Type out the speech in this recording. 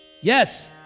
Yes